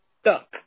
stuck